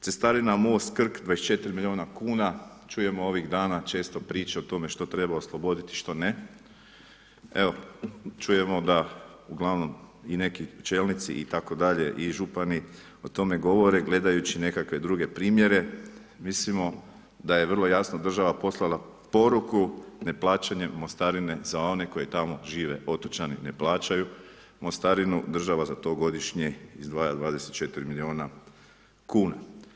Cestarina most Krk, 24 milijuna kuna, čujemo ovim dana često priče o tome što treba osloboditi, što ne, evo čujemo da uglavnom i neki čelnici i župani o tome govore gledajući nekakve druge primjere, mislimo da je vrlo jasno država poslala poruku neplaćanje mostarine za one koji tamo žive, otočani ne plaćaju mostarinu, država za to godišnje izdvaja 24 milijuna kuna.